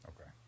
okay